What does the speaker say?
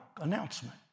announcement